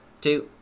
two